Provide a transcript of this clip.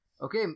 Okay